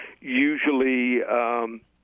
Usually –